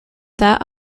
that